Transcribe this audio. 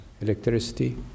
electricity